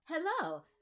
Hello